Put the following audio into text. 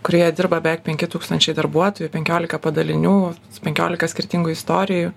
kurioje dirba beveik penki tūkstančiai darbuotojų penkiolika padalinių penkiolika skirtingų istorijų